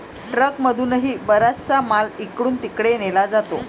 ट्रकमधूनही बराचसा माल इकडून तिकडे नेला जातो